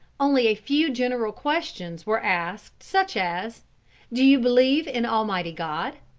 only a few general questions were asked, such as do you believe in almighty god?